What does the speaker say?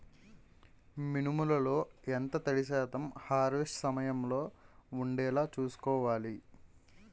మినుములు లో ఎంత తడి శాతం హార్వెస్ట్ సమయంలో వుండేలా చుస్కోవాలి?